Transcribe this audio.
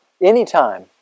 anytime